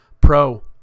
Pro